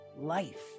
life